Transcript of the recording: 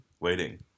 Waiting